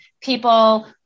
people